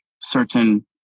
certain